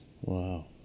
Wow